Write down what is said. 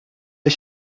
ich